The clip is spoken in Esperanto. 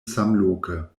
samloke